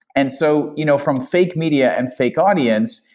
and so you know from fake media and fake audience,